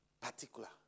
particular